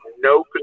no